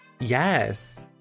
Yes